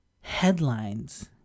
headlines